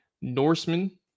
Norseman